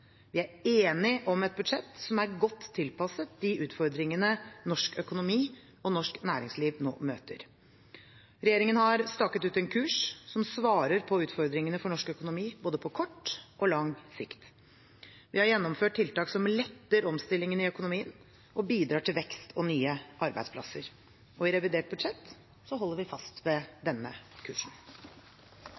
Vi er enige om et budsjett som er godt tilpasset de utfordringene norsk økonomi og norsk næringsliv nå møter. Regjeringen har staket ut en kurs som svarer på utfordringene for norsk økonomi på både kort og lang sikt. Vi har gjennomført tiltak som letter omstillingene i økonomien og bidrar til vekst og nye arbeidsplasser. I revidert budsjett holder vi fast ved denne kursen.